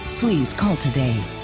please call today.